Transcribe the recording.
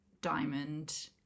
diamond